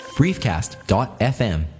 briefcast.fm